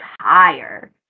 higher